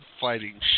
fighting